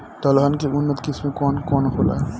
दलहन के उन्नत किस्म कौन कौनहोला?